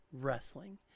wrestling